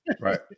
Right